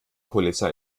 polizei